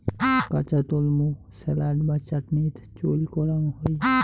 কাঁচা তলমু স্যালাড বা চাটনিত চইল করাং হই